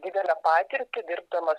didelę patirtį dirbdamas